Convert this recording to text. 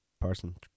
person